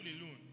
alone